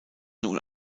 nun